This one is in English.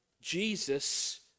Jesus